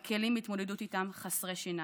והכלים להתמודדות איתם הם חסרי שיניים.